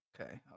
okay